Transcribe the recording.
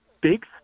big